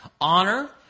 honor